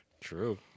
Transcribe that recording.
True